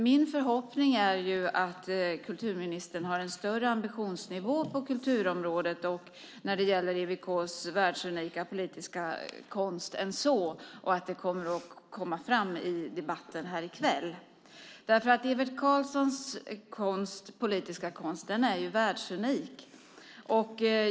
Min förhoppning är att kulturministern har en högre ambitionsnivå på kulturområdet när det gäller EWK:s världsunika politiska konst än så och att det kommer att komma fram i debatten här i kväll. Ewert Karlssons politiska konst är världsunik.